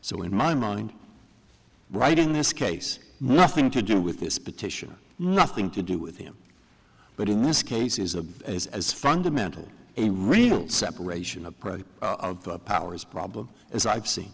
so in my mind right in this case nothing to do with this petition nothing to do with him but in this case is a as as fundamental a real separation upright of the powers problem as i've seen